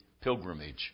pilgrimage